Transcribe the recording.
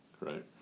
Right